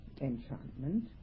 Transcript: enchantment